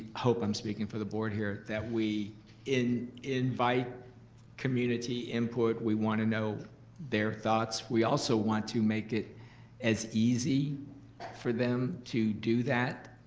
hope i'm speaking for the board here, that we invite community input. we wanna know their thoughts. we also want to make it as easy for them to do that.